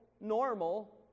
normal